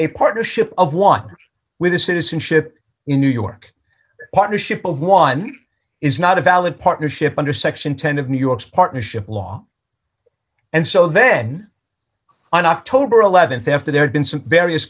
a partnership of one with the citizenship in new york partnership of one is not a valid partnership under section ten of new york's partnership law and so then on october th after they're done some various